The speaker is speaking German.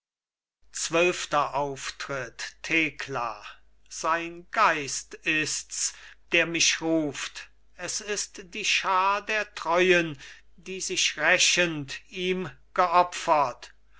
zwölfter auftritt thekla sein geist ists der mich ruft es ist die schar der treuen die sich rächend ihm geopfert